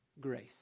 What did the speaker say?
grace